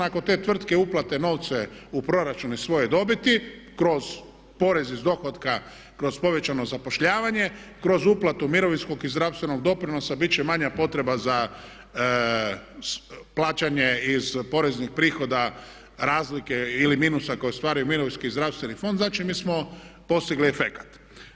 Ako te tvrtke uplate novce u proračun iz svoje dobiti kroz porez iz dohotka, kroz povećano zapošljavanje, kroz uplatu mirovinskog i zdravstvenog doprinosa bit će manja potreba za plaćanje iz poreznih prihoda razlike ili minusa koje ostvaruje mirovinski i zdravstveni fond znači mi smo postigli efekat.